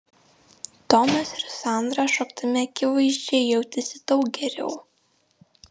tomas ir sandra šokdami akivaizdžiai jautėsi daug geriau